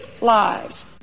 lives